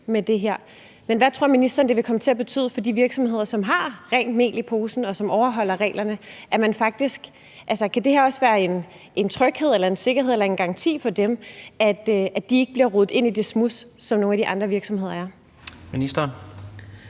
vil komme til at betyde for de virksomheder, som har rent mel i posen, og som overholder reglerne? Kan det her også være en tryghed eller en sikkerhed eller en garanti for dem, at de ikke bliver rodet ind i det smuds,